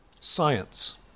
science